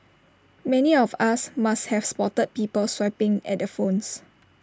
many of us must have spotted people swiping at their phones